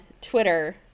Twitter